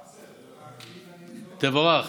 מה "בסדר" תבורך.